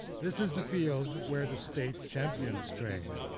this is the field where the state champions train.